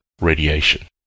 radiation